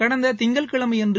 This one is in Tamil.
கடந்த திங்கட்கிழமை அன்று